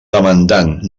demandant